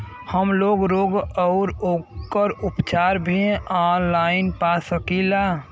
हमलोग रोग अउर ओकर उपचार भी ऑनलाइन पा सकीला?